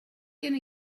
gonna